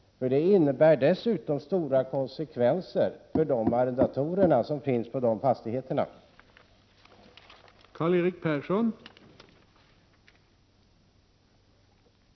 Detta medför ju dessutom stora konsekvenser för de arrendatorer som finns när det gäller dessa fastigheter.